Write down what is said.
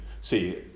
see